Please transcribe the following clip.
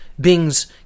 beings